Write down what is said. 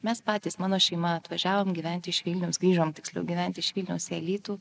mes patys mano šeima atvažiavom gyventi iš vilniaus grįžom tiksliau gyventi iš vilniaus į alytų